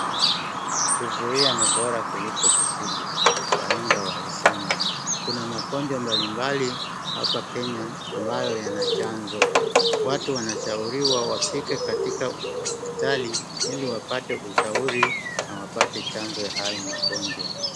Kuzuia ni bora kuliko kutibu, wahenga walisema. Kuna magonjwa mbalimbali hapa Kenya ambayo yana chanzo. Watu wanashauriwa wapite katika hospitali ili wapate ushauri na wapate chanzo ya hayo magonjwa.